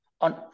on